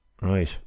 Right